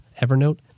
evernote